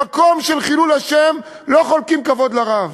במקום של חילול השם לא חולקים כבוד לרב,